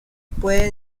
puede